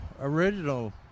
original